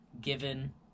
given